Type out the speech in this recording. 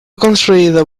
construido